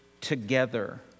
together